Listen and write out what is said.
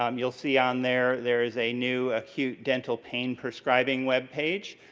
um you'll see on there, there is a new acute dental pain prescribing webpage.